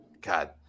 God